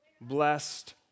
blessed